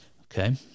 Okay